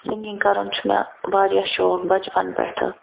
singing کَرُن چھُ مےٚ واریاہ شوق بچپن پٮ۪ٹھٕ